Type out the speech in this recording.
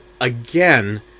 again